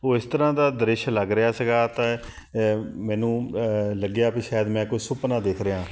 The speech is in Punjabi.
ਉਹ ਇਸ ਤਰ੍ਹਾਂ ਦਾ ਦ੍ਰਿਸ਼ ਲੱਗ ਰਿਹਾ ਸੀਗਾ ਤਾਂ ਮੈਨੂੰ ਲੱਗਿਆ ਵੀ ਸ਼ਾਇਦ ਮੈਂ ਕੋਈ ਸੁਪਨਾ ਦੇਖ ਰਿਹਾ